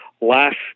last